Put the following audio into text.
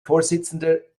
vorsitzender